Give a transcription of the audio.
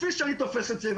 כפי שאני תופס את זה,